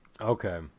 Okay